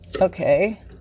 Okay